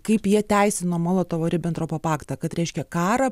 kaip jie teisino molotovo ribentropo paktą kad reiškia karą